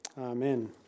Amen